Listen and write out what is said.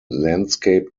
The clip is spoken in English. landscape